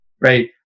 right